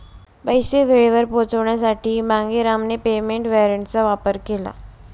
पैसे वेळेवर पोहोचवण्यासाठी मांगेरामने पेमेंट वॉरंटचा वापर केला